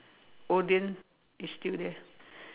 Odean is still there